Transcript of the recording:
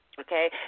Okay